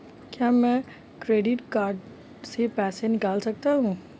क्या मैं credit card से पैसे निकाल सकता हूँ?